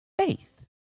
faith